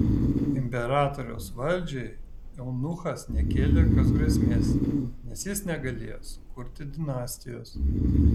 imperatoriaus valdžiai eunuchas nekėlė jokios grėsmės nes jis negalėjo sukurti dinastijos